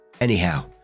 Anyhow